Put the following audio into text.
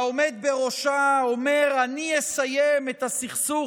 והעומד בראשה אומר: אני אסיים את הסכסוך